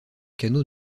canaux